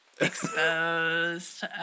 Exposed